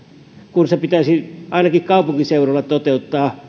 kun ne pitäisi ainakin kaupunkiseudulla